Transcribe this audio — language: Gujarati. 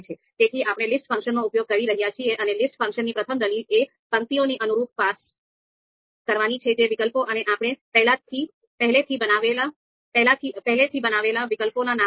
તેથી આપણે લિસ્ટ ફંક્શનનો ઉપયોગ કરી રહ્યા છીએ અને લિસ્ટ ફંક્શનની પ્રથમ દલીલ એ પંક્તિઓને અનુરૂપ પાસ કરવાની છે જે વિકલ્પો અને આપણે પહેલેથી બનાવેલા વિકલ્પોના નામ છે